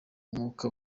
mwuka